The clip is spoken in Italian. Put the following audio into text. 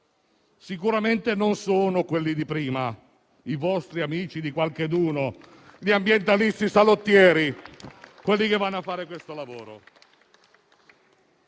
Sicuramente non sono quelli di prima - i vostri amici di qualcheduno, gli ambientalisti salottieri - quelli che vanno a fare questo lavoro.